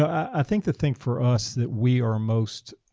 i think the thing for us that we are most.